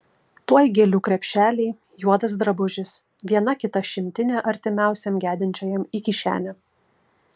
tuoj gėlių krepšeliai juodas drabužis viena kita šimtinė artimiausiam gedinčiajam į kišenę